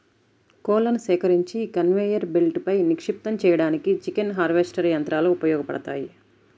కోళ్లను సేకరించి కన్వేయర్ బెల్ట్పై నిక్షిప్తం చేయడానికి చికెన్ హార్వెస్టర్ యంత్రాలు ఉపయోగపడతాయి